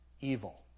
evil